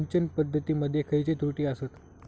सिंचन पद्धती मध्ये खयचे त्रुटी आसत?